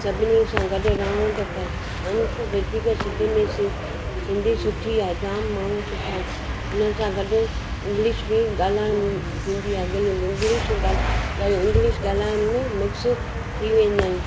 सभिनी सां गॾु रहणो तो पए अंत वधीक सिंधी में सिध सिंधी सुठी आहे जाम माण्हू सुठा आहिनि उन्हनि सां गॾु इंग्लिश बि ॻाल्हाइण थींदी आहे इंग्लिश ॻाल्हि इंग्लिश ॻाल्हाइण में मिक्स थी वेंदा आहियूं